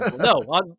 no